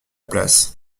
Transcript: place